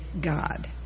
God